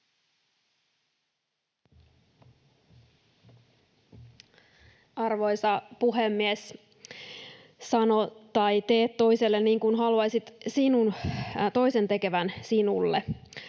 Arvoisa puhemies! Sano tai tee toiselle niin kuin haluaisit toisen tekevän sinulle.